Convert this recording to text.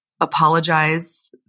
apologize